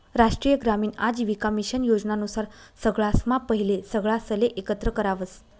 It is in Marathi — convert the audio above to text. राष्ट्रीय ग्रामीण आजीविका मिशन योजना नुसार सगळासम्हा पहिले सगळासले एकत्र करावस